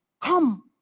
Come